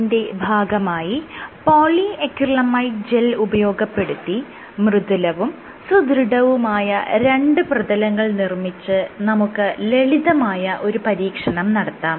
ഇതിന്റെ ഭാഗമായി polyacrylamide gel ഉപയോഗപ്പെടുത്തി മൃദുലവും സുദൃഢവുമായ രണ്ട് പ്രതലങ്ങൾ നിർമ്മിച്ച് നമുക്ക് ലളിതമായ ഒരു പരീക്ഷണം നടത്താം